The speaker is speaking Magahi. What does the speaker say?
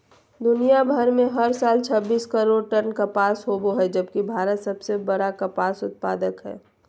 दुनियां भर में हर साल छब्बीस करोड़ टन कपास होव हई जबकि भारत सबसे बड़ कपास उत्पादक हई